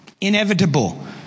Inevitable